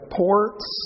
ports